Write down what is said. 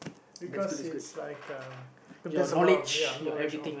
because it's like um got just a lot of ya knowledge all